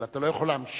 אבל אתה לא יכול להמשיך.